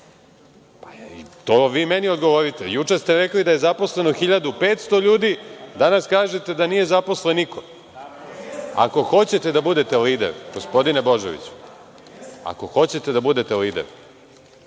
vi meni odgovorite. Juče ste rekli da je zaposleno 1.500 ljudi, a danas kažete da nije zaposlen niko. Ako hoćete da budete lider, gospodine Božoviću, ako hoćete da budete lider,